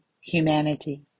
humanity